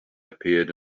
appeared